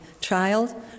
child